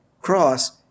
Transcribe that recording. cross